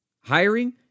Hiring